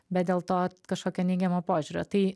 bet dėl to kažkokio neigiamo požiūrio tai